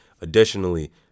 Additionally